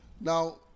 Now